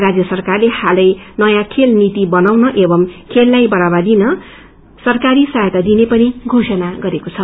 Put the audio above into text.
राज्य सरकारले हालै नयाँ खेल नीति बनाउ एवं खेललाई बढ़ावा दिन सरकारी सहाायता दिने पनि घोषणा गरेको छ